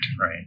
right